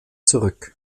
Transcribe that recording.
zurück